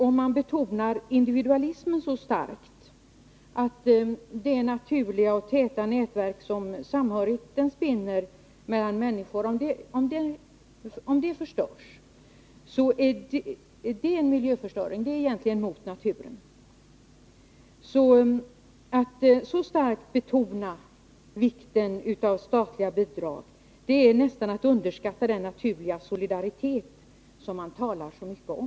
Om man betonar individualismen så starkt att det naturliga och täta nätverk som samhörigheten spinner mellan människor förstörs, så är det en miljöförstöring. Det är egentligen mot naturen. Att så starkt betona vikten av statliga bidrag är alltså att underskatta den naturliga solidaritet som man talar så mycket om.